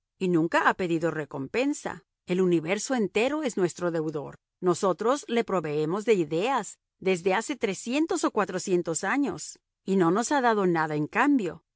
y nunca ha pedido recompensa el universo entero es nuestro deudor nosotros le proveemos de ideas desde hace trescientos o cuatrocientos años y no nos ha dado nada en cambio